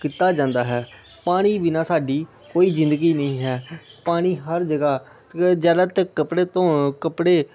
ਕੀਤਾ ਜਾਂਦਾ ਹੈ ਪਾਣੀ ਬਿਨਾਂ ਸਾਡੀ ਕੋਈ ਜ਼ਿੰਦਗੀ ਨਹੀਂ ਹੈ ਪਾਣੀ ਹਰ ਜਗ੍ਹਾ ਜ਼ਿਆਦਾਤਰ ਕੱਪੜੇ ਧੋਣ ਕੱਪੜੇ